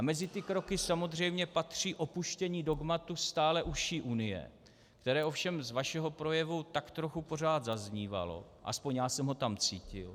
Mezi ty kroky samozřejmě patří opuštění dogmatu stále užší Unie, které ovšem z vašeho projevu tak trochu pořád zaznívalo, alespoň já jsem ho tam cítil.